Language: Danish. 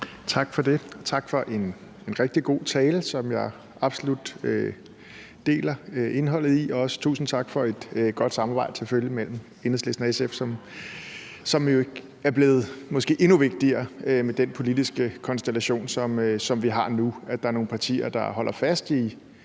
Tak for det. Tak for en rigtig god tale, som jeg absolut er enig i indholdet i, og også tusind tak for et godt samarbejde, selvfølgelig, mellem Enhedslisten og SF. Det er jo blevet måske endnu vigtigere med den politiske konstellation, som vi har nu, at der er nogle partier, der holder fast i